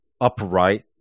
upright